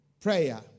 prayer